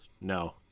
no